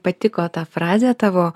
patiko ta frazė tavo